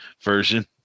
version